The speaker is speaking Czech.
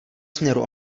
směru